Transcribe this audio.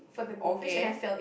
okay